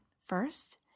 First